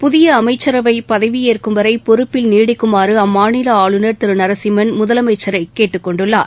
புதிய அமைச்சரவை பதவியேற்கும்வரை பொறுப்பில் நீடிக்குமாறு அம்மாநில ஆஞநர் திரு இ எஸ் எல் நரசிம்மன் முதலமைச்சரை கேட்டுக் கொண்டுள்ளார்